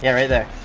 yeah right there.